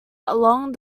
along